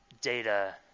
data